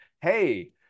hey